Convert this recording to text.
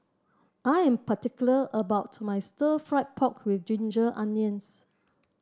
I am particular about my Stir Fried Pork with Ginger Onions